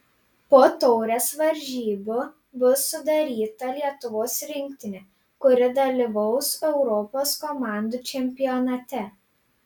po taurės varžybų bus sudaryta lietuvos rinktinė kuri dalyvaus europos komandų čempionate